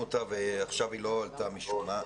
אותה ומשום מה היא לא עלתה עכשיו.